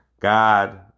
God